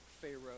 pharaoh